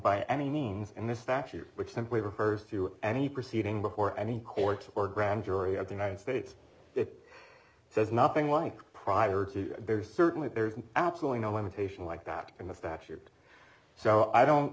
by any means and the statute which simply refers to any proceeding before any courts or grand jury of the united states it says nothing like prior to there is certainly there is absolutely no limitation like that in the statute so i don't